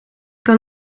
kan